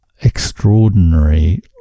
extraordinary